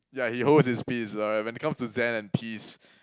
yeah he holds his peace alright when it comes to zen and peace